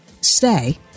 stay